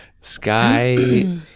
Sky